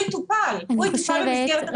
הוא יטופל במסגרת הרשת.